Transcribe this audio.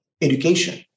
education